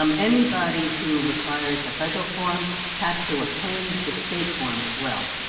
um anybody who requires the federal form has to append the state form as well.